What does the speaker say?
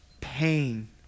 pain